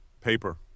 Paper